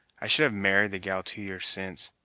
i should have married the gal two years since,